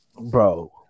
bro